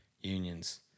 unions